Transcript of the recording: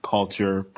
Culture